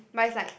but it's like